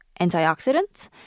antioxidants